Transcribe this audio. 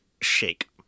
shake